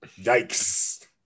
Yikes